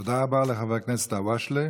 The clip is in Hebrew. תודה רבה לחבר הכנסת הואשלה.